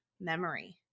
memory